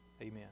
amen